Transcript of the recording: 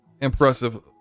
impressive